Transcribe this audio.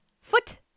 Foot